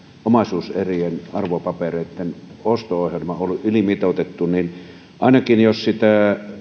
omaisuuserien arvopapereitten osto ohjelma ollut ylimitoitettu niin ainakin jos sitä